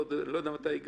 ואני לא יודע מתי זה ייגמר.